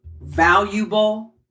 valuable